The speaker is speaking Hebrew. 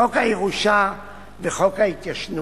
חוק הירושה וחוק ההתיישנות,